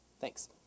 Thanks